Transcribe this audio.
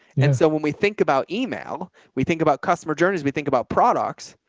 and so when we think about email, we think about customer journeys. we think about products.